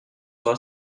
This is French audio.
sera